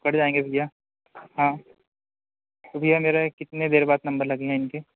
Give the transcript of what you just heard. cut जाएँगे भैया हाँ तो भैया मेरा कितने देर बाद नंबर लगेगा इनके